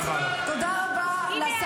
גברתי, תודה רבה לך.